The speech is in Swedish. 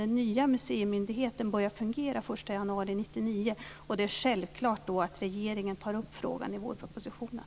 Den nya museimyndigheten börjar fungera den 1 januari 1999, och då är det självklart att regeringen tar upp frågan i vårpropositionen.